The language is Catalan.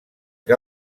que